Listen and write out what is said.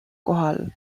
kohal